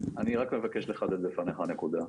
מבקש לחדד בפניך נקודה.